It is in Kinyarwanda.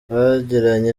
bagiranye